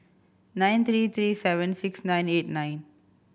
nine three three seven six nine eight nine